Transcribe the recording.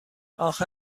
آخه